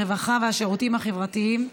הרווחה והשירותים החברתיים,